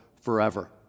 forever